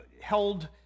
held